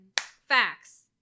facts